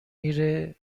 میره